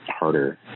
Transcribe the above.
harder